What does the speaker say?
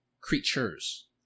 creatures